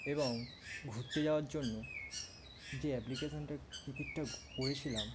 এবং ঘুরতে যাওয়ার জন্য যে অ্যাপ্লিকেশনটা টিকিটটা করেছিলাম